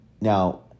Now